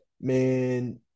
man